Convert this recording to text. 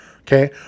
okay